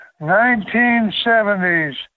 1970s